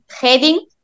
heading